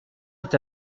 est